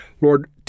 Lord